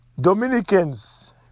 Dominicans